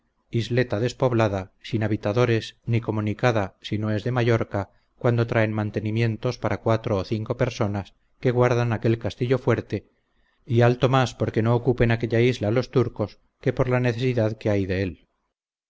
isleta despoblada sin habitadores ni comunicada sino es de mallorca cuando traen mantenimientos para cuatro o cinco personas que guardan aquel castillo fuerte y alto mas porque no ocupen aquella isla los turcos que por la necesidad que hay de él